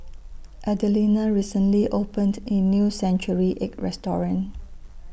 Adelina recently opened A New Century Egg Restaurant